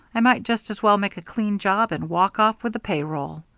i might just as well make a clean job and walk off with the pay roll.